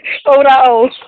औब्रा औ